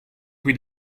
qui